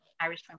irish